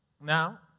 Now